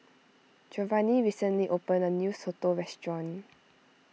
Giovanny recently opened a new Soto restaurant